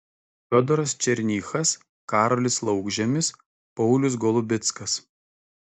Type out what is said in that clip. fiodoras černychas karolis laukžemis paulius golubickas